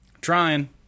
Trying